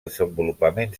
desenvolupament